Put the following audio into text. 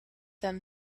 them